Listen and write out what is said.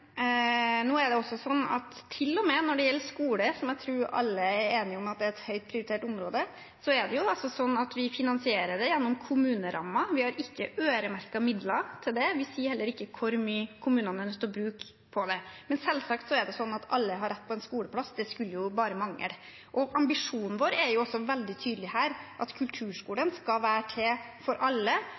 Det er sånn at til og med når det gjelder skole, som jeg tror alle er enige om at er et høyt prioritert område, finansierer vi det gjennom kommunerammen. Vi har ikke øremerkede midler til det. Vi sier heller ikke hvor mye kommunene er nødt til å bruke på det. Men selvsagt er det sånn at alle har rett på en skoleplass. Det skulle bare mangle. Ambisjonen vår er veldig tydelig at kulturskolen skal være til for alle,